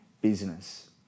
business